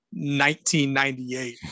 1998